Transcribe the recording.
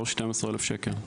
לא 12 אלף שקל.